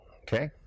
Okay